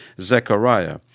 Zechariah